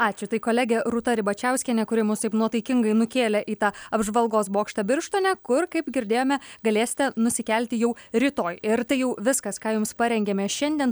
ačiū tai kolegė rūta ribačiauskienė kuri mus taip nuotaikingai nukėlė į tą apžvalgos bokštą birštone kur kaip girdėjome galėsite nusikelti jau rytoj ir tai jau viskas ką jums parengėme šiandien